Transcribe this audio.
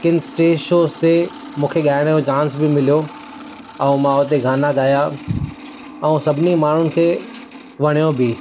किनि stage shows ते मूंखे ॻाइण जो चांस बि मिलियो ऐं मां उते गाना ॻाया ऐं सभिनि माण्हुनि खे वणियो बि